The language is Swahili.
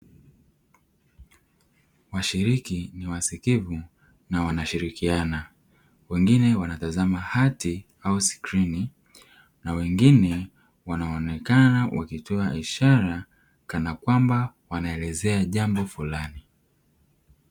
Washiriki ni wasikivu na wanashirikiana, wengine wanatazama hati au skrini na wengine wanaonekana wakitoa ishara kana kwamba wanaelezea jambo fulani.